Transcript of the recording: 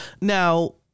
Now